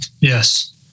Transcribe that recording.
Yes